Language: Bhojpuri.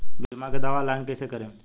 बीमा के दावा ऑनलाइन कैसे करेम?